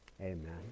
amen